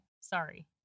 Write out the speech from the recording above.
Sorry